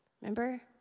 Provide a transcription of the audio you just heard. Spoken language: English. Remember